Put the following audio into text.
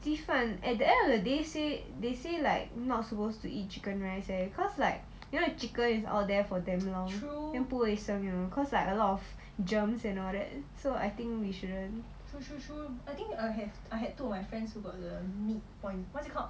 鸡饭 at the end of the day say they say like not supposed to eat chicken rice eh cause like you know like chicken is all there for damn long then 不卫生 you know cause like a lot of germs and all that so I think we shouldn't